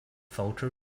voter